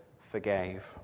forgave